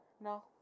No